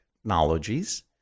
Technologies